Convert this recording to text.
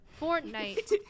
Fortnite